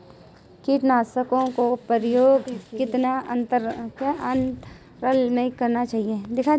कीटनाशकों का प्रयोग कितने अंतराल में करना चाहिए?